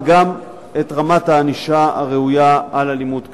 וגם את רמת הענישה הראויה על אלימות כזאת.